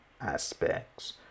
aspects